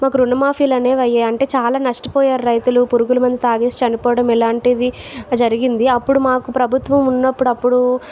మాకు రుణమాఫీలనేవి అయ్యాయి అంటే చాలా నష్టపోయారు రైతులు పురుగుల మందు తాగేసి చనిపోవడం ఇలాంటిది జరిగింది అప్పుడు మాకు ప్రభుత్వం ఉన్నప్పుడు అప్పుడు